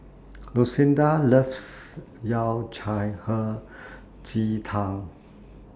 Lucinda loves Yao Cai Hei Ji Tang